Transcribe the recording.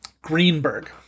Greenberg